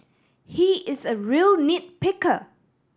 he is a real nit picker